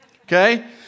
Okay